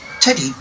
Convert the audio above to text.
Teddy